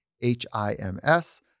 H-I-M-S